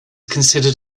considered